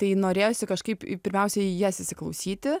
tai norėjosi kažkaip pirmiausia į jas įsiklausyti